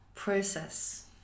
process